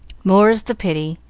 more's the pity,